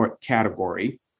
category